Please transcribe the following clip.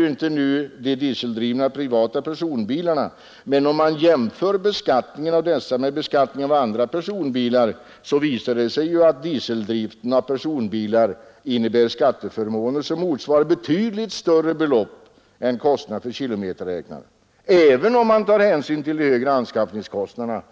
För dieseldrivna privata personbilar blir kostnaderna för kilometerräknarna visserligen inte avdragsgilla, men om man jämför beskattningen av dessa med beskattningen av andra personbilar visar det sig att dieseldriften av personbilar innebär skatteförmåner som motsvarar betydligt större belopp än kostnaderna för kilometerräknarna, även om man tar hänsyn till de högre anskaffningskostnaderna